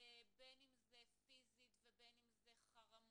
בין אם זה פיזית ובין אם זה חרמות,